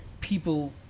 people